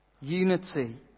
unity